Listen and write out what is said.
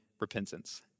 repentance